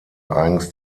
eigens